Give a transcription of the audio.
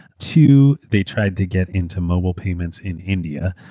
two, they tried to get into mobile payments in india.